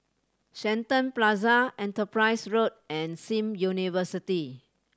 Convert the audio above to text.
Shenton Plaza Enterprise Road and Sim University